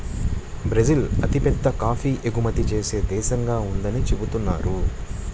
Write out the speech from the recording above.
Brazil అతిపెద్ద coffee ఎగుమతి చేసే దేశంగా ఉందని చెబుతున్నారు